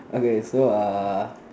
okay so err